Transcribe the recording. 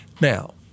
Now